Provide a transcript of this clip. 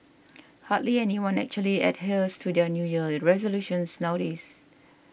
hardly anyone actually adheres to their New Year resolutions nowadays